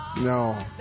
No